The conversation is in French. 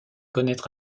connaître